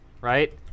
Right